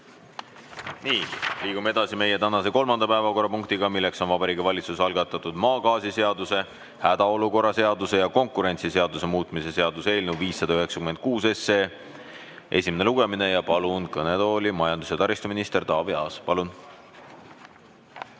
Liigume edasi meie tänase kolmanda päevakorrapunkti juurde, milleks on Vabariigi Valitsuse algatatud maagaasiseaduse, hädaolukorra seaduse ja konkurentsiseaduse muutmise seaduse eelnõu 596 esimene lugemine. Palun kõnetooli majandus- ja taristuminister Taavi Aasa. Palun!